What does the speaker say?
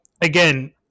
Again